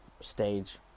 stage